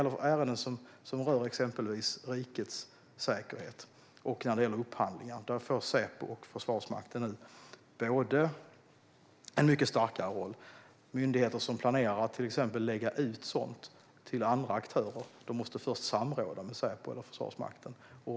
I ärenden som rör exempelvis rikets säkerhet och när det gäller upphandlingar får både Säpo och Försvarsmakten nu en mycket starkare roll. Myndigheter som planerar att lägga ut sådant på andra aktörer måste först samråda med Säpo eller Försvarsmakten.